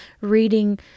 reading